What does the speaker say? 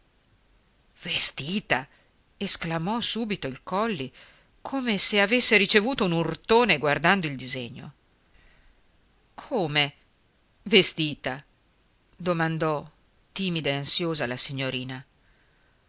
vestita esclamò subito il colli come se avesse ricevuto un urtone guardando il disegno come vestita domandò timida e ansiosa la signorina